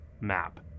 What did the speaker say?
map